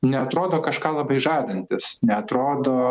neatrodo kažką labai žadantis neatrodo